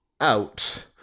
out